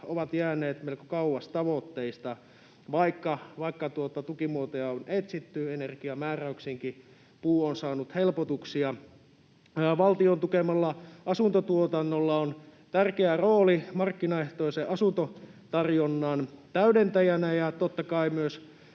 ovat jääneet melko kauas tavoitteista, vaikka tukimuotoja on etsitty ja energiamääräyksiinkin puu on saanut helpotuksia. Valtion tukemalla asuntotuotannolla on tärkeä rooli markkinaehtoisen asuntotarjonnan täydentäjänä ja totta kai myös